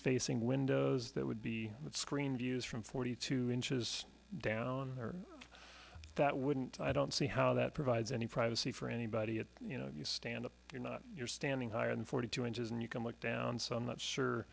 facing windows that would be screened views from forty two inches down there that wouldn't i don't see how that provides any privacy for anybody it you know you stand up you're not you're standing higher than forty two inches and you can look down so i'm not sure